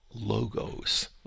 logos